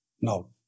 no